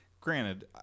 granted